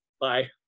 Bye